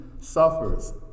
suffers